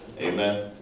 amen